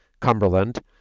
Cumberland